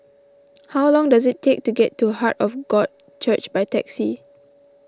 how long does it take to get to Heart of God Church by taxi